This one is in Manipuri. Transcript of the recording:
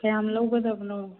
ꯀꯌꯥꯝ ꯂꯧꯒꯗꯕꯅꯣ